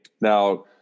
Now